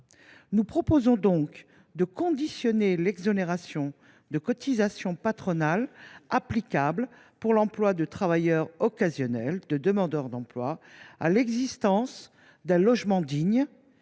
Nous proposons de soumettre l’exonération de cotisations patronales applicable pour l’emploi de travailleurs occasionnels demandeurs d’emploi à l’existence d’un logement digne,